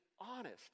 honest